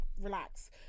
relax